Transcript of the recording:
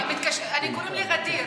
קוראים לי ע'דיר,